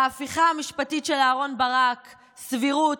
ההפיכה המשפטית של אהרן ברק: סבירות,